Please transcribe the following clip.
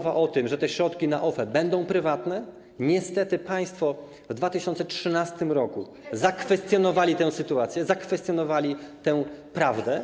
Była mowa o tym, że środki na OFE będą prywatne, niestety państwo w 2013 r. zakwestionowali tę sytuację, zakwestionowali tę prawdę.